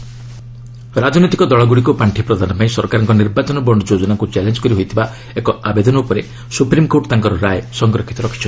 SC electoral bond ରାଜନୈତିକ ଦଳଗୁଡ଼ିକୁ ପାଣ୍ଠି ପ୍ରଦାନ ପାଇଁ ସରକାରଙ୍କ ନିର୍ବାଚନ ବଣ୍ଡ ଯୋଜନାକ୍ର ଚ୍ୟାଲେଞ୍ଜ କରି ହୋଇଥିବା ଏକ ଆବେଦନ ଉପରେ ସ୍ୱପ୍ରିମ୍କୋର୍ଟ ତାଙ୍କର ରାୟ ସଂରକ୍ଷିତ ରଖିଛନ୍ତି